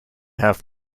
have